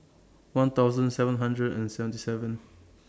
one thousand seven hundred and seventy seven